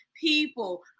people